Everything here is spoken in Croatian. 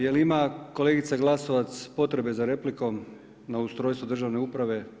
Jel ima kolegica Glasovac potrebe za replikom na ustrojstvo državne uprave?